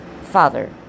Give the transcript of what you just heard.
Father